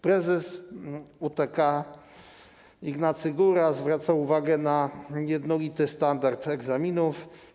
Prezes UTK Ignacy Góra zwracał uwagę na jednolity standard egzaminów.